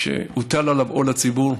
כשהוטל עליו עול הציבור,